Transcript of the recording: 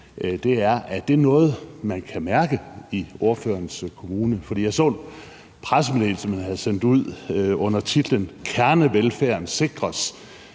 det noget, man kan mærke i ordførerens kommune? For jeg så en pressemeddelelse, man havde sendt ud under titlen Kernevelfærden sikres